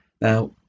Now